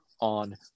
on